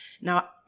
Now